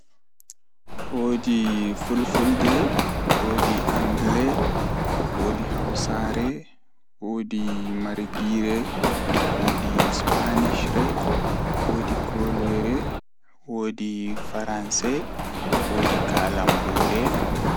Woodi fulfulde, woodi angle, woodi Hausaare, woodi margiire woodi spanishre, woodi koolere, woodi faranse, woodi kalambuure.